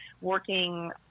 working